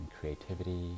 creativity